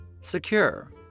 Secure